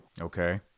Okay